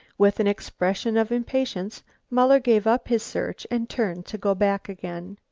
with an expression of impatience muller gave up his search and turned to go back again.